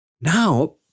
Now